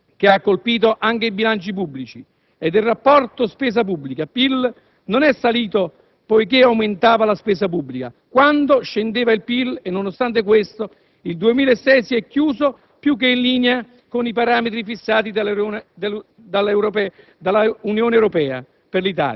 che ha colpito anche i bilanci pubblici e il rapporto spesa pubblica-PIL non è salito perché aumentava la spesa pubblica quando scendeva il PIL. Nonostante questo, il 2006 si è chiuso più che in linea con i parametri fissati dall'Unione Europea,